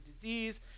disease